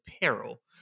peril